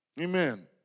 Amen